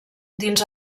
dins